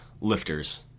lifters